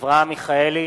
אברהם מיכאלי,